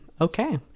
Okay